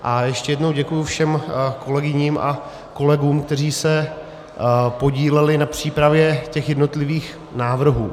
A ještě jednou děkuji všem kolegyním a kolegům, kteří se podíleli na přípravě těch jednotlivých návrhů.